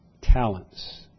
talents